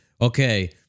okay